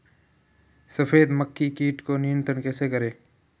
सफेद मक्खी कीट को नियंत्रण कैसे करें?